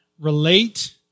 Relate